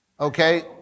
Okay